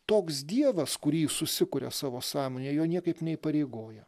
toks dievas kurį susikuria savo sąmonėj jo niekaip neįpareigoja